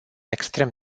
extrem